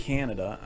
Canada